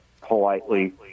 politely